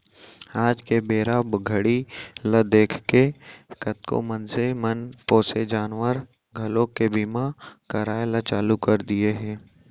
आज के बेरा घड़ी ल देखके कतको मनसे मन पोसे जानवर घलोक के बीमा कराय ल चालू कर दिये हें